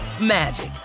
magic